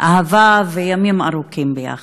ואהבה וימים ארוכים יחד.